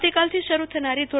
આવતીકાલથી શરૂ થનારી ધો